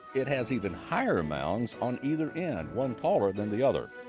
it has even higher mounds on either end, one taller than the other.